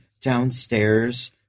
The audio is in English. downstairs